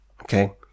okay